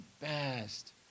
best